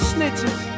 Snitches